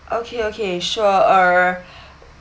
okay okay sure uh